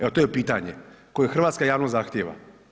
Evo to je pitanje koju hrvatska javnost zahtijeva.